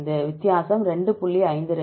05 வித்தியாசம் 2